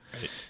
right